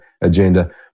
agenda